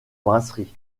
brasserie